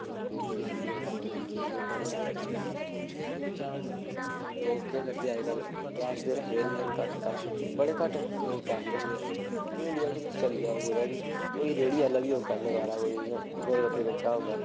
ते पेटीऐम्म बगैरा बड़े ऐप चले दे इं'दे बिच्चा लोग केह् करदे हून किश रखदे निं ऐ न बड़े घट्ट लोक कैश रखदे हून इंडिया च तुस चली जाओ कुतै बी कोई रेह्ड़ी आह्ला बी होग जेह्ड़ा गोल गफ्फे बेचै दा होग